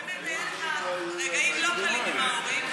והיו לך באמת רגעים לא קלים עם ההורים,